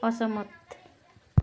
असहमत